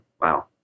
wow